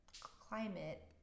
climate